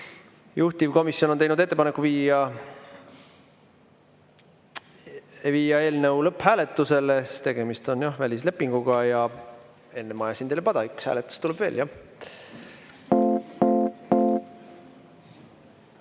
Juhtivkomisjon on teinud ettepaneku viia eelnõu lõpphääletusele, sest tegemist on välislepinguga. Enne ma ajasin teile pada, üks hääletus tuleb veel,